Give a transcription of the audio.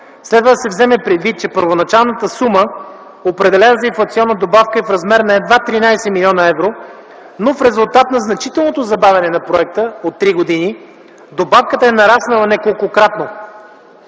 Следва да се вземе предвид, че първоначалната сума, определена за инфлационна добавка, е в размер на едва 13 млн. евро, но в резултат на значителното забавяне на проекта от три години добавката е нараснала неколкократно.